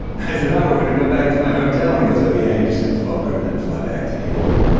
i said, ah, we're we're gonna go back to my hotel. and he goes, oh, yeah? you're just gonna her and then fly back to new york?